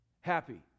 happy